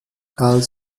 als